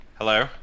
Hello